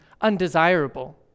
undesirable